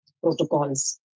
protocols